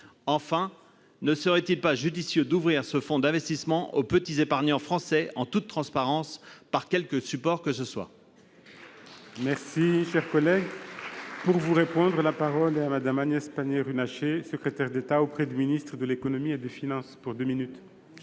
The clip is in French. Enfin, ne serait-il pas judicieux d'ouvrir ce fonds d'investissement aux « petits épargnants » français, en toute transparence et par quelque support que ce soit ?